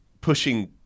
pushing